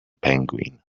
penguin